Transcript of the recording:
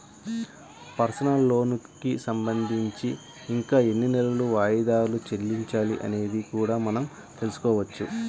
personal లోనుకి సంబంధించి ఇంకా ఎన్ని నెలలు వాయిదాలు చెల్లించాలి అనేది కూడా మనం తెల్సుకోవచ్చు